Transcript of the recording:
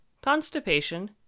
constipation